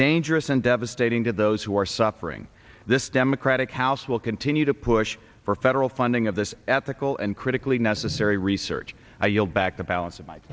dangerous and devastating to those who are suffering this democratic house will continue to push for federal funding of this ethical and critically necessary research i yield back the balance